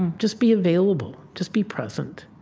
and just be available, just be present,